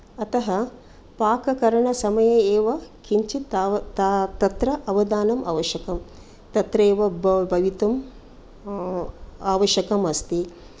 अतः पाककरणसमये एव किञ्चित् ताव ता तत्र अवधानं आवश्यकं तत्रैव भवितुम् आ आवश्यकमस्ति